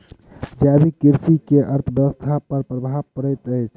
जैविक कृषि के अर्थव्यवस्था पर प्रभाव पड़ैत अछि